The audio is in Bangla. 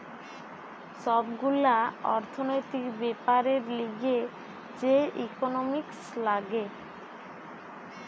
সব গুলা অর্থনৈতিক বেপারের লিগে যে ইকোনোমিক্স লাগে